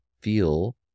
feel